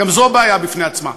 גם זו בעיה בפני עצמה,